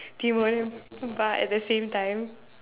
be bar but at the same time